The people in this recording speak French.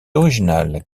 original